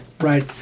right